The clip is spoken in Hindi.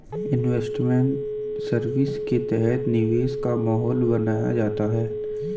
इन्वेस्टमेंट सर्विस के तहत निवेश का माहौल बनाया जाता है